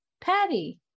Patty